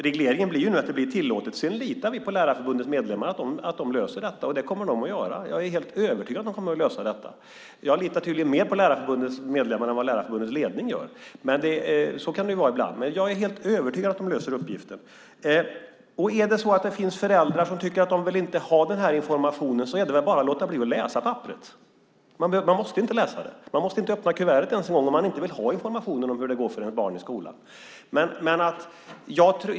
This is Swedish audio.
Regleringen innebär nu att det blir tillåtet, och sedan litar vi på att Lärarförbundets medlemmar löser detta. Jag är helt övertygad om att de kommer att lösa detta. Jag litar tydligen mer på Lärarförbundets medlemmar än vad Lärarförbundets ledning gör. Så kan det ju vara ibland. Men jag är helt övertygad om att de löser uppgiften. Om det är så att det finns föräldrar som tycker att de inte vill ha den här informationen är det väl bara att låta bli att läsa papperet. Man måste inte läsa det. Man måste inte ens öppna kuvertet om man inte vill ha informationen om hur det går för ens barn i skolan.